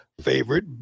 favorite